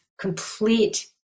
complete